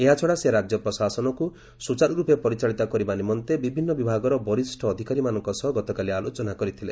ଏହାଛଡ଼ା ସେ ରାଜ୍ୟ ପ୍ରଶାସନକୁ ସୁଚାରୁରୂପେ ପରିଚାଳିତ କରିବା ନିମନ୍ତେ ବିଭିନ୍ନ ବିଭାଗର ବରିଷ୍ଣ ଅଧିକାରୀମାନଙ୍କ ସହ ଗତକାଲି ଆଲୋଚନା କରିଥିଲେ